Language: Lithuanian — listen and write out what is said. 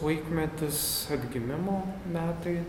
laikmetis atgimimo metai